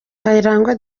kayirangwa